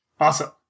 Awesome